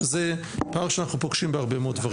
זה פער שאנחנו פוגשים בהרבה מאוד דברים.